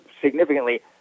significantly